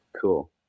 cool